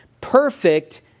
perfect